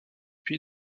pays